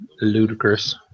ludicrous